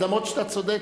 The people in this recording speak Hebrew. אז אומנם אתה צודק,